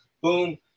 boom